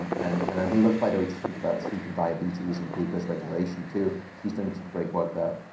and and i'd love, by the way, to speak about sleeping diabetes and glucose regulation, too. she's doing some great work there.